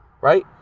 right